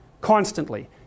constantly